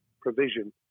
provision